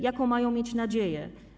Jaką mają mieć nadzieję?